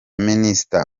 minister